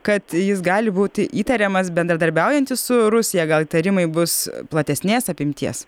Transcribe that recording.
kad jis gali būti įtariamas bendradarbiaujantis su rusija gal įtarimai bus platesnės apimties